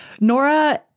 Nora